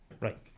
right